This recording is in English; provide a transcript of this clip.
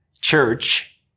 church